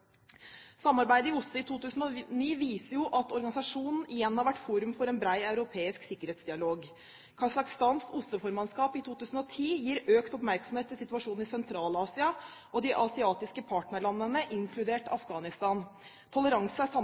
Samarbeidet i OSSE i 2009 viser at organisasjonen igjen har vært forum for en bred europeisk sikkerhetsdialog. Kasakhstans OSSE-formannskap i 2010 gir økt oppmerksomhet til situasjonen i Sentral-Asia og de asiatiske partnerne, inkludert Afghanistan. Toleranse er